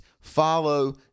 follow